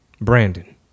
Brandon